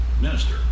minister